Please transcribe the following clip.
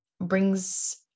brings